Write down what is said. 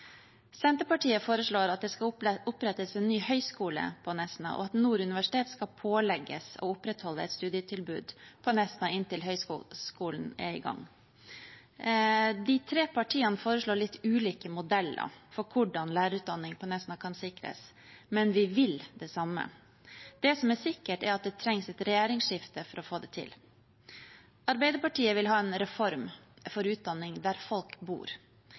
Senterpartiet foreslår at det skal opprettes en ny høyskole på Nesna, og at Nord universitet skal pålegges å opprettholde et studietilbud på Nesna inntil høyskolen er i gang. De tre partiene foreslår litt ulike modeller for hvordan lærerutdanningen på Nesna kan sikres, men vi vil det samme. Det som er sikkert, er at det trengs et regjeringsskifte for å få det til. Arbeiderpartiet vil ha en reform for utdanning der folk bor.